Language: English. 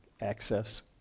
access